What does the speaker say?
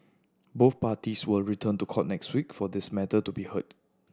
both parties will return to court next week for this matter to be heard